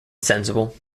sensible